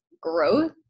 growth